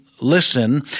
Listen